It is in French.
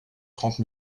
trente